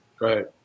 Right